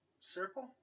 Circle